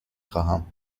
خواهم